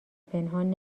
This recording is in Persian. پنهان